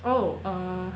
oh err